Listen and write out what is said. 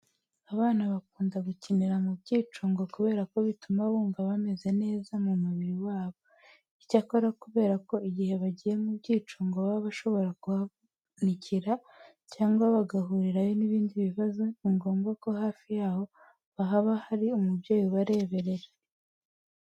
Abana bakunda gukinira mu byicungo kubera ko bituma bumva bameze neza mu mubiri wabo. Icyakora kubera ko igihe bagiye mu byicungo baba bashobora kuhavunikira cyangwa bagahurirayo n'ibindi bibazo, ni ngombwa ko hafi yabo haba hari umubyeyi ubareberera.